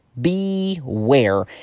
beware